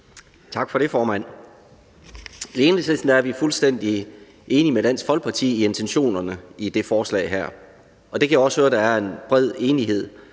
Tak for det, formand. I Enhedslisten er vi fuldstændig enige med Dansk Folkeparti i intentionerne i det her forslag. Og jeg kan også høre, at der er en bred enighed